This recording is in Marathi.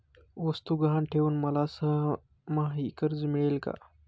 वस्तू गहाण ठेवून मला सहामाही कर्ज मिळेल का?